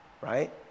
right